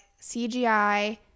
CGI